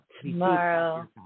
Tomorrow